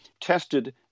tested